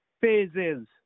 phases